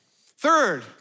Third